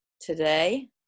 today